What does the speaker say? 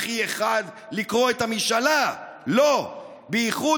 / אין זה טעם במחי אחד לקרוא את המשאלה! / לא! בייחוד